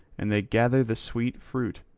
and they gather the sweet fruit,